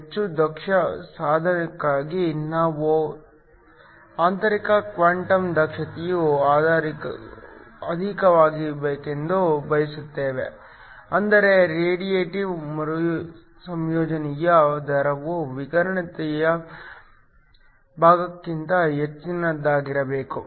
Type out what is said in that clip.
ಹೆಚ್ಚು ದಕ್ಷ ಸಾಧನಕ್ಕಾಗಿ ನಾವು ಆಂತರಿಕ ಕ್ವಾಂಟಮ್ ದಕ್ಷತೆಯು ಅಧಿಕವಾಗಿರಬೇಕೆಂದು ಬಯಸುತ್ತೇವೆ ಅಂದರೆ ರೇಡಿಯೇಟಿವ್ ಮರುಸಂಯೋಜನೆಯ ದರವು ವಿಕಿರಣೇತರ ಭಾಗಕ್ಕಿಂತ ಹೆಚ್ಚಿನದಾಗಿರಬೇಕು